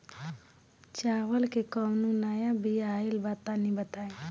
चावल के कउनो नया बिया आइल बा तनि बताइ?